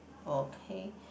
okay